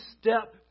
step